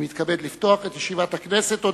אני מתכבד לפתוח את ישיבת הכנסת.